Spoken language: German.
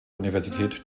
universität